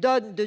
donnent de